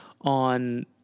on